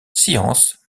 sciences